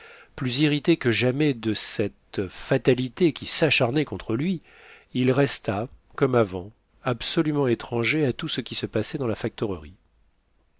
plus irrité que jamais de cette fatalité qui s'acharnait contre lui il resta comme avant absolument étranger à tout ce qui se passait dans la